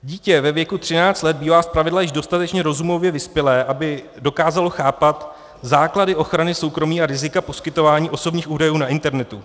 Dítě ve věku 13 let bývá zpravidla již dostatečně rozumově vyspělé, aby dokázalo chápat základy ochrany soukromí a rizika poskytování osobních údajů na internetu.